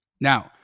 Now